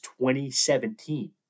2017